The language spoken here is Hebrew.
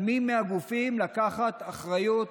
על מי מהגופים לקחת אחריות